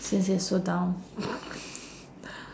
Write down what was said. since he's so down